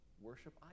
worship